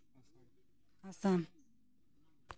Assam